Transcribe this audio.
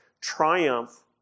triumph